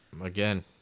Again